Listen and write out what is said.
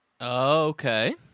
Okay